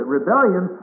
rebellion